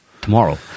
tomorrow